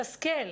יש תלמיד.